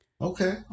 Okay